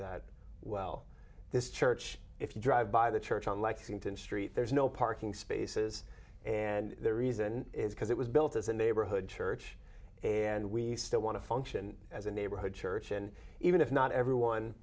that well this church if you drive by the church on lexington street there's no parking spaces and the reason is because it was built as a neighborhood church and we still want to function as a neighborhood church and even if not